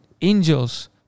angels